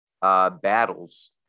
battles